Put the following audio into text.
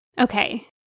okay